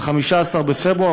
15 בפברואר,